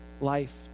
life